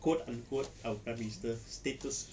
quote unquote our prime minister status